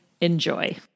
Enjoy